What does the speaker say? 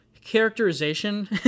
characterization